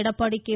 Edappadi K